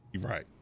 Right